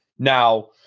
Now